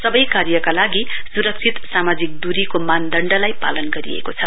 सबै कार्यका लागि सुरक्षित सामाजिक दूरीको मानदण्डलाई पालन गरिएको छ